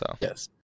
Yes